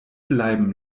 bleiben